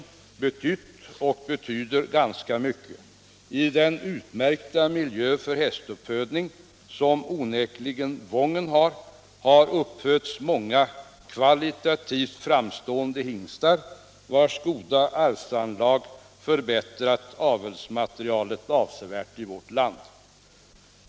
I den utmärkta miljö för hästuppfödning som Wången onekligen utgör har det uppfötts många kvalitativt framstående hingstar, vilkas goda arvsanlag avsevärt förbättrat avelsmaterialet i vårt land.